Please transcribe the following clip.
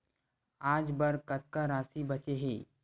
आज बर कतका राशि बचे हे?